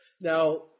Now